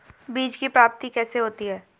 बीज की प्राप्ति कैसे होती है?